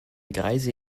greise